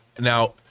now